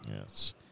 Yes